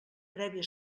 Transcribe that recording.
prèvia